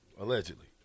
Allegedly